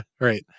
Right